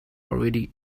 already